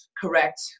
correct